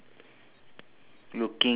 shoot say th~ there's a